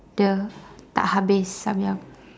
the tak habis samyang